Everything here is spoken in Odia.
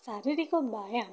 ଶାରୀରିକ ବ୍ୟାୟାମ